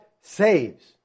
saves